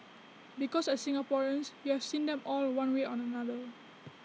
because as Singaporeans you have seen them all one way or another